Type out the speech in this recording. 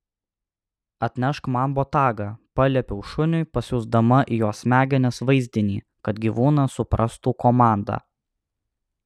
atnešk man botagą paliepiau šuniui pasiųsdama į jo smegenis vaizdinį kad gyvūnas suprastų komandą